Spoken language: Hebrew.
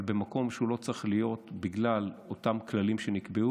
אבל במקום שהוא לא צריך להיות בגלל אותם כללים שנקבעו,